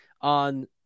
on